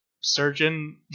surgeon